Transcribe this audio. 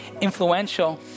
influential